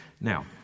Now